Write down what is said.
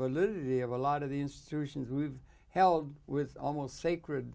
validity of a lot of the institutions we've held with almost sacred